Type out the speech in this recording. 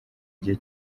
gihe